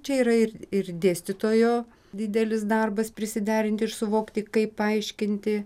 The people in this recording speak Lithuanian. čia yra ir ir dėstytojo didelis darbas prisiderinti ir suvokti kaip paaiškinti